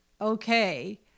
okay